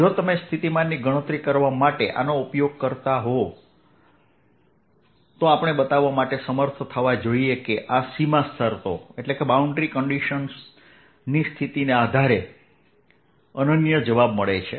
જો તમે સ્થિતિમાનની ગણતરી કરવા માટે આનો ઉપયોગ કરવા માંગતા હો તો આપણે બતાવવા માટે સમર્થ થવા જોઈએ કે આ સીમા શરતોની સ્થિતિને આધારે અનન્ય જવાબ આપે છે